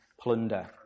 plunder